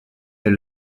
est